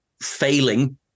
failing